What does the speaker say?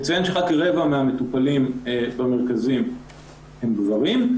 מצוין שרק כרבע מהמטופלים במרכזים הם גברים.